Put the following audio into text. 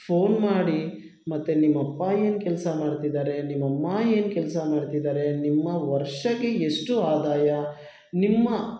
phone ಮಾಡಿ ಮತ್ತೆ ನಿಮ್ಮ ಅಪ್ಪ ಏನು ಕೆಲಸ ಮಾಡ್ತಿದ್ದಾರೆ ನಿಮ್ಮ ಅಮ್ಮ ಏನು ಕೆಲಸ ಮಾಡ್ತಿದ್ದಾರೆ ನಿಮ್ಮ ವರ್ಷಕ್ಕೆ ಎಷ್ಟು ಆದಾಯ ನಿಮ್ಮ